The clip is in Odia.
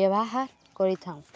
ବ୍ୟବହାର କରିଥାଉ